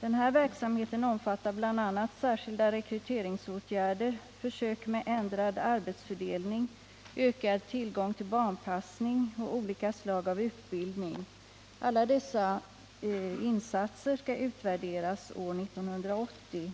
Den här verksamheten omfattar bl.a. särskilda rekryteringsåtgärder, försök med ändrad arbetsfördelning, ökad tillgång till barnpassning och olika slag av utbildning. Alla dessa insatser skall utvärderas år 1980.